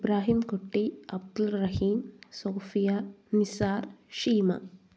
Ibrahim Kutty Abdul Rahim Sofia Nisar Sheema